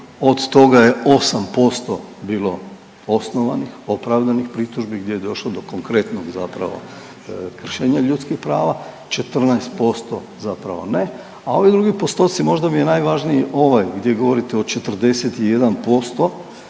od toga je 8% bilo osnovanih, opravdanih pritužbi gdje je došlo do konkretnog zapravo kršenja ljudskih prava, 14% zapravo ne, a ovi drugi postoci možda mi je najvažniji ovaj gdje govorite o 41%